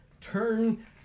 turn